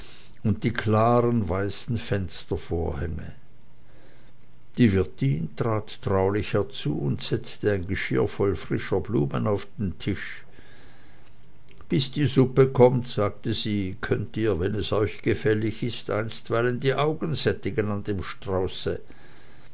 und die klaren weißen fenstervorhänge die wirtin trat zutulich herzu und setzte ein geschirr voll frischer blumen auf den tisch bis die suppe kommt sagte sie könnt ihr wenn es euch gefällig ist einstweilen die augen sättigen an dem strauße